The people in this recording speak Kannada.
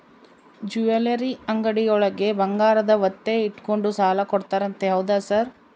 ಜ್ಯುವೆಲರಿ ಅಂಗಡಿಯೊಳಗ ಬಂಗಾರ ಒತ್ತೆ ಇಟ್ಕೊಂಡು ಸಾಲ ಕೊಡ್ತಾರಂತೆ ಹೌದಾ ಸರ್?